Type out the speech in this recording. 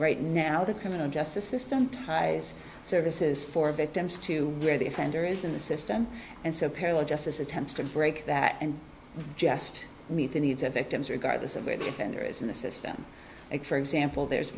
right now the criminal justice system ties services for victims to where the offender is in the system and so parallel justice attempts to break that and just meet the needs of victims regardless of it and there is in the system for example there's